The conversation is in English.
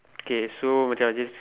K so Macha this